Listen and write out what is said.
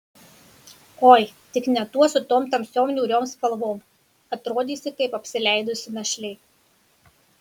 oi tik ne tuos su tom tamsiom niūriom spalvom atrodysi kaip apsileidusi našlė